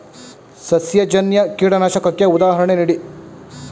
ಸಸ್ಯಜನ್ಯ ಕೀಟನಾಶಕಕ್ಕೆ ಉದಾಹರಣೆ ನೀಡಿ?